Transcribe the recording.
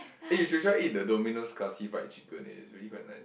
eh you should try eat the Dominos classified chicken eh it's really quite nice